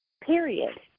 Period